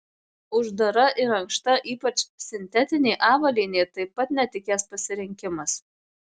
uždara ir ankšta ypač sintetinė avalynė taip pat netikęs pasirinkimas